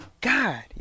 God